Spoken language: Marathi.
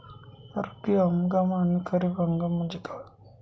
रब्बी हंगाम आणि खरीप हंगाम म्हणजे काय?